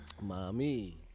Mommy